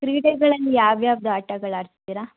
ಕ್ರೀಡೆಗಳನ್ನು ಯಾವ ಯಾವ್ದು ಆಟಗಳು ಆಡಿಸ್ತೀರ